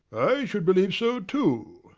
should believe so too.